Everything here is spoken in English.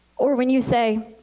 or when you say,